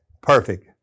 perfect